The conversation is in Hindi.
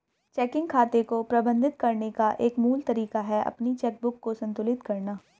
चेकिंग खाते को प्रबंधित करने का एक मूल तरीका है अपनी चेकबुक को संतुलित करना